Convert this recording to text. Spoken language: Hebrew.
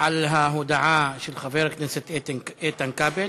על ההודעה של חבר הכנסת איתן כבל.